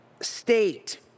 state